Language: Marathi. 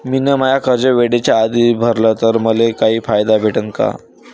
मिन माय कर्ज वेळेच्या आधी भरल तर मले काही फायदा भेटन का?